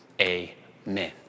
amen